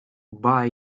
buy